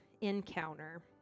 encounter